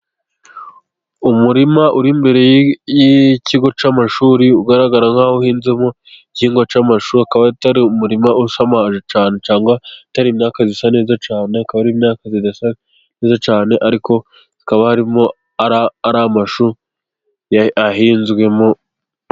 Umurima uri imbere y'ikigo cy'amashuri ugaragara nk'aho uhinzemo igihigwa cy'amashu. Akaba atari umurima ushamaje cyane cyangwa atari imyakaka isa neza cyane. Akaba ari imyaka idasa neza cyane, ariko hakaba ari amashu ahinzwemo.